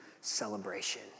celebration